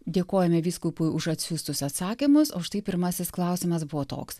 dėkojame vyskupui už atsiųstus atsakymus o štai pirmasis klausimas buvo toks